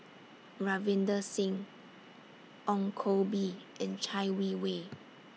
Ravinder Singh Ong Koh Bee and Chai Wei Wei